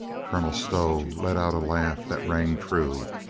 colonel stow let out a laugh that rang true.